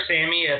Sammy